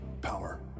power